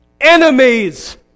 enemies